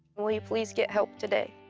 will you please get help today?